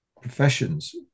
professions